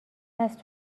هست